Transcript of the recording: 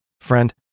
Friend